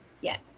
Yes